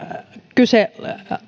kyse